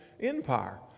Empire